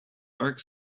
dark